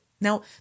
Now